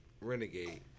Renegade